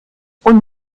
und